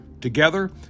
together